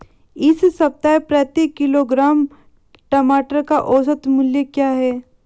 इस सप्ताह प्रति किलोग्राम टमाटर का औसत मूल्य क्या है?